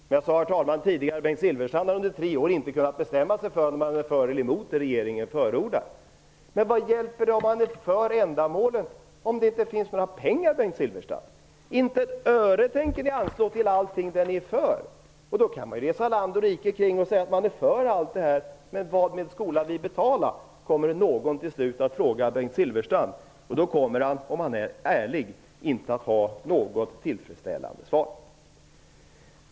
Men jag sade tidigare, herr talman, att Bengt Silfverstrand under tre år inte har kunnat bestämma sig för om han är för eller emot det som regeringen förordar. Vad hjälper det om man är för ändamålen om det inte finns några pengar, Bengt Silfverstrand? Ni tänker inte anslå ett öre till allt som ni är för. Då kan man resa land och rike kring och säga att man är för allt detta. Men någon kommer till slut att fråga Bengt Silfverstrand: Vad med skola vi betala? Om han är ärlig kommer han inte att ha något tillfredsställande svar. Herr talman!